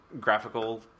graphical